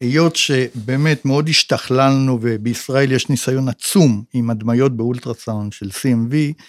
היות שבאמת מאוד השתכללנו, ובישראל יש ניסיון עצום עם הדמיות באולטרסאונד של CMV.